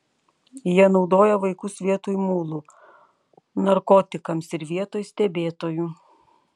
jie naudoja vaikus vietoj mulų narkotikams ir vietoj stebėtojų